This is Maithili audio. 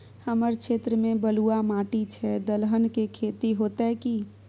हमर क्षेत्र में बलुआ माटी छै, दलहन के खेती होतै कि?